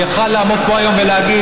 הוא היה יכול לעמוד פה היום ולהגיד: